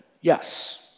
yes